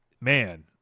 man